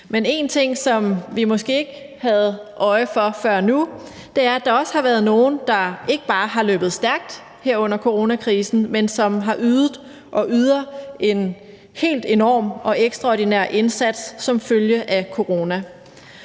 én ting, som vi måske ikke havde øje for før nu, er, at der også har været nogle, der ikke bare har løbet stærkt her under coronakrisen, men som har ydet og yder en helt enorm og ekstraordinær indsats som følge af corona.